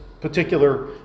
particular